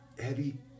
heavy